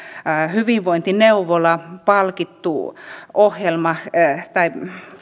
hyvinvointineuvola palkittu ohjelma tai